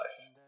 life